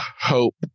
hope